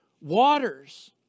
waters